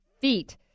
feet